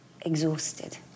exhausted